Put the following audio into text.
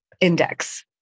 index